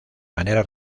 manera